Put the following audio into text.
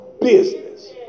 business